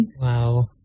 Wow